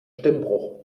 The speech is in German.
stimmbruch